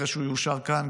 אחרי שהוא יאושר כאן,